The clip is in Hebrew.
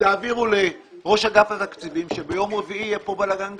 תעבירו לראש אגף התקציבים שביום רביעי יהיה כאן בלגן גדול.